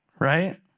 Right